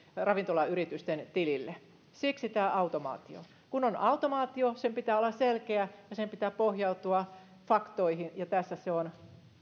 ravintolayritysten tileille siksi tämä automaatio kun on automaatio sen pitää olla selkeä ja sen pitää pohjautua faktoihin ja tässä se on